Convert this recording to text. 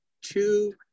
two